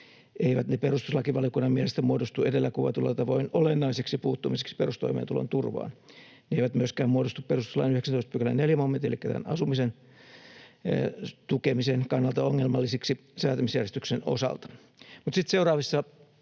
eivät ne perustuslakivaliokunnan mielestä muodostu edellä kuvatulla tavoin olennaiseksi puuttumiseksi perustoimeentulon turvaan. Ne eivät myöskään muodostu perustuslain 19 §:n 4 momentin — elikkä tämän asumisen tukemisen — kannalta ongelmallisiksi säätämisjärjestyksen osalta.